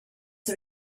the